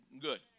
good